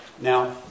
Now